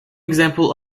example